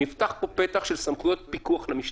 של סמכויות פיקוח למשטרה.